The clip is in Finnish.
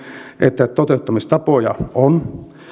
että toteuttamistapoja on